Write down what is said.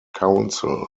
council